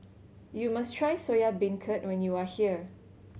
you must try Soya Beancurd when you are here